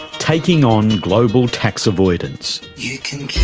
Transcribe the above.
taking on global tax avoidance.